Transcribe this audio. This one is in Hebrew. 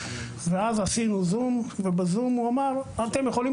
אז קיימנו ישיבה ב-זום וב-זום הוא אמר שאנחנו יכולים